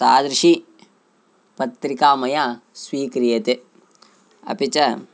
तादृशी पत्रिका मया स्वीक्रियते अपि च